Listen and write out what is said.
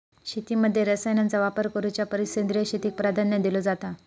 शेतीमध्ये रसायनांचा वापर करुच्या परिस सेंद्रिय शेतीक प्राधान्य दिलो जाता